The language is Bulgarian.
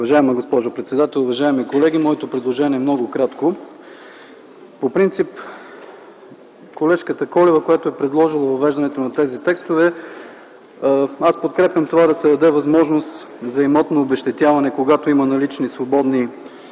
Уважаема госпожо председател, уважаеми колеги! Моето предложение е много кратко. По принцип колежката Колева е предложила въвеждането на тези текстове и аз подкрепям да се даде възможност за имотно обезщетяване, когато има налични свободни